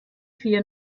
vier